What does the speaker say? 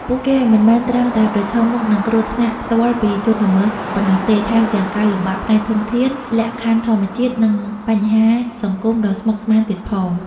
ពួកគេមិនមែនត្រឹមតែប្រឈមមុខនឹងគ្រោះថ្នាក់ផ្ទាល់ពីជនល្មើសប៉ុណ្ណោះទេ ថែមទាំងការលំបាកផ្នែកធនធាន លក្ខខណ្ឌធម្មជាតិ និងបញ្ហាសង្គមដ៏ស្មុគស្មាញទៀតផង។